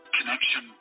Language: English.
Connection